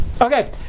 Okay